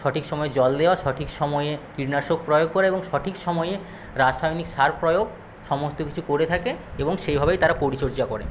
সঠিক সময়ে জল দেওয়া সঠিক সময়ে কীটনাশক প্রয়োগ করে এবং সঠিক সময়ে রাসায়নিক সার প্রয়োগ সমস্ত কিছু করে থাকে এবং সেইভাবেই তারা পরিচর্যা করে